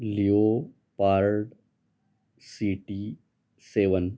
leopard city seven